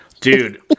dude